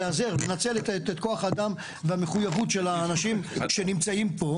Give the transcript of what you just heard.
לנצל את כוח האדם והמחויבות של האנשים שנמצאים כאן.